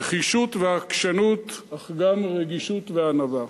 נחישות ועקשנות, אך גם רגישות וענווה.